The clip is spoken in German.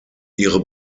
ihre